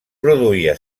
produïa